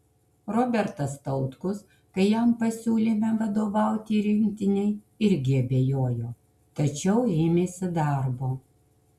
robertas tautkus kai jam pasiūlėme vadovauti rinktinei irgi abejojo tačiau ėmėsi darbo